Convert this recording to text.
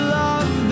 love